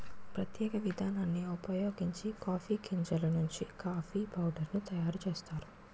ప్రత్యేక విధానాన్ని ఉపయోగించి కాఫీ గింజలు నుండి కాఫీ పౌడర్ ను తయారు చేస్తారు